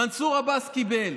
מנסור עבאס קיבל,